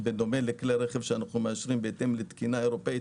בדומה לכלי רכב שאנחנו מאשרים בהתאם לתקינה אירופאית,